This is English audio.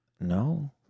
No